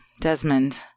Desmond